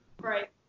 Right